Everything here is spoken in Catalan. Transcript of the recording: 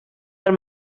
del